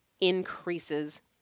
increases